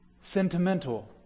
sentimental